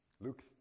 Luke